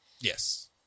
Yes